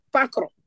Pakro